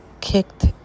kicked